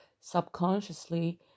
subconsciously